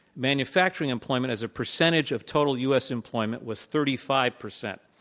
manufacturing employment as a percentage of total us employment was thirty five percent.